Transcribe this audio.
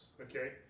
okay